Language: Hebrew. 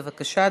בבקשה,